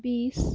বিশ